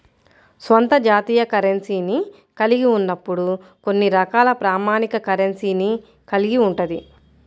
స్వంత జాతీయ కరెన్సీని కలిగి ఉన్నప్పుడు కొన్ని రకాల ప్రామాణిక కరెన్సీని కలిగి ఉంటది